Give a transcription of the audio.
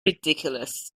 ridiculous